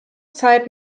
zeit